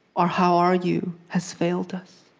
our how are you has failed us.